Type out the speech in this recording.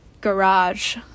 garage